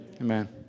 Amen